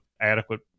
adequate